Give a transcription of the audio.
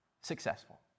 successful